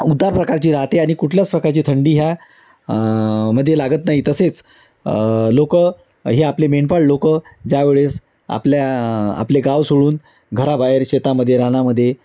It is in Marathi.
उबदार प्रकारची राहते आणि कुठल्याच प्रकारची थंडी ह्या मध्ये लागत नाही तसेच लोक हे आपले मेंढपाळ लोक ज्यावेळेस आपल्या आपले गाव सोडून घराबाहेर शेतामध्ये रानामध्ये